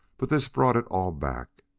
but this brought it all back.